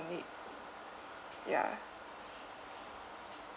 it ya